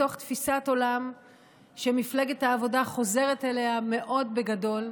מתוך תפיסת עולם שמפלגת העבודה חוזרת אליה מאוד בגדול,